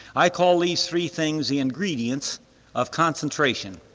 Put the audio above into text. i call these three things the ingredients of concentration.